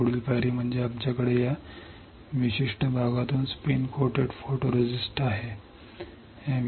पुढील पायरी म्हणजे आमच्याकडे स्पिन लेपित फोटोरिस्टिस्ट आहे या विशिष्ट भागातून